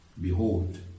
Behold